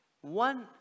One